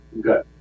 good